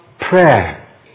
prayer